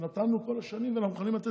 לא, את שמעת את